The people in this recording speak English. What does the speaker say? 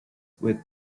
with